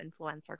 influencer